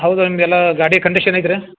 ಹೌದು ನಿಮ್ದು ಎಲ್ಲ ಗಾಡಿ ಕಂಡೀಷನ್ ಇದ್ದರೆ